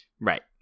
Right